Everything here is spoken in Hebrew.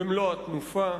במלוא התנופה.